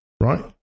right